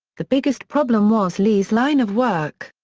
the biggest problem was lee's line of work.